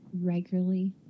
regularly